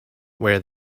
where